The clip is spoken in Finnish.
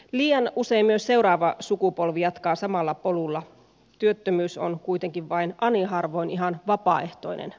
liian usein myös seuraava sukupolvi jatkaa samalla polulla työttömyys on kuitenkin vain aniharvoin ihan vapaaehtoinen